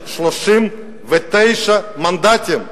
של 39 מנדטים?